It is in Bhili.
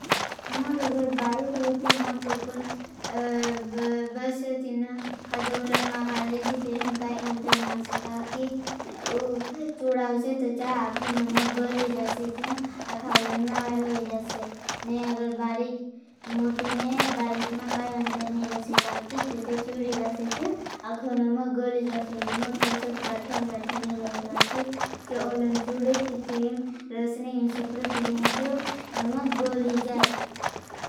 नमक अगर बारिक रोते मोटू पुन बैसे थीन खाज़ा उलन मा खाज़ा थी। तेरें काई अंतर नहीं आसे काकि चूड़ाओसे। तो चाहे अखो नमक गोली जासे अखा उलन मा रोही जासे। नमक तो सद गाठ्यान गाठ्यान नहीं रोही जासे। काकि चूड़ाओसे तेरें काई अंतर नहीं आसे। काकि चूड़ाओसे तो चाहे अखो नमक गोली जासे।